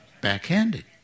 Backhanded